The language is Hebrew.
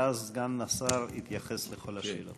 ואז סגן השר יתייחס לכל השאלות.